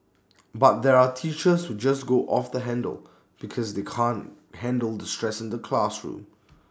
but there are teachers who just go off the handle because they can't handle the stress in the classroom